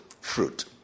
fruit